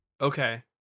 Okay